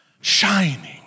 shining